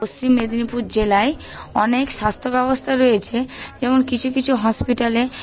পশ্চিম মেদিনীপুর জেলায় অনেক স্বাস্থ্যব্যবস্থা রয়েছে যেমন কিছু কিছু হসপিটালে